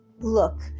Look